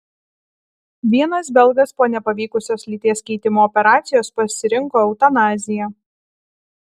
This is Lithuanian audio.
vienas belgas po nepavykusios lyties keitimo operacijos pasirinko eutanaziją